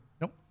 nope